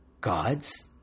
gods